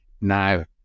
now